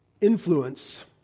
influence